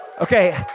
Okay